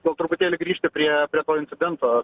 po truputėlį grįžta prie prie to incidento